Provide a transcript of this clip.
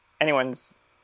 anyone's